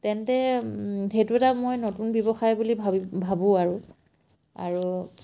তেন্তে সেইটো এটা মই নতুন ব্যৱসায় বুলি ভাবি ভাবোঁ আৰু আৰু